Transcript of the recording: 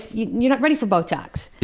you're not ready for botox.